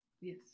Yes